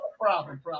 problem